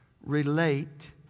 Relate